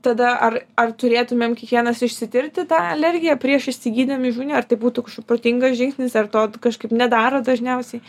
tada ar ar turėtumėm kiekvienas išsitirti tą alergiją prieš įsigydami šunį ar tai būtų kažkoks protingas žingsnis ar to kažkaip nedaro dažniausiai